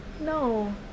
no